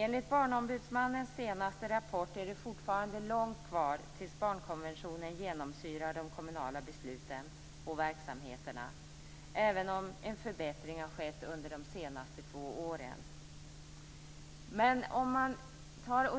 Enligt Barnombudsmannens senaste rapport är det fortfarande långt kvar tills barnkonventionen genomsyrar de kommunala besluten och verksamheterna, även om en förbättring har skett under de senaste två åren. Om man